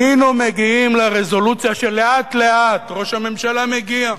היינו מגיעים לרזולוציה שלאט-לאט ראש הממשלה מגיע,